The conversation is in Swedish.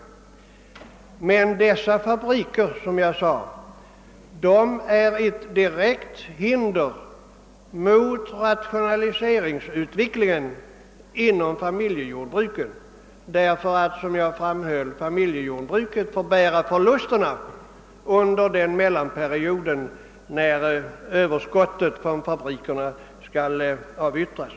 Däremot är fabrikerna ett direkt hinder mot rationaliseringen inom familjejordbruken därför att, som jag framhöll, de senare får bära förlusterna under den mellanperiod då överskottet från fabrikerna skall avyttras.